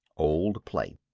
old play